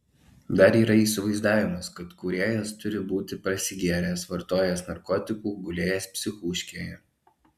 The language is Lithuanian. dar yra įsivaizdavimas kad kūrėjas turi būti prasigėręs vartojęs narkotikų gulėjęs psichūškėje